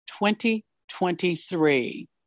2023